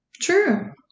True